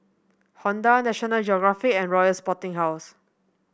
Honda National Geographic and Royal Sporting House